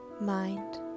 mind